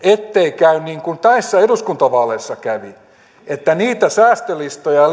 ettei käy niin kuin eduskuntavaaleissa kävi että niistä säästölistoista ja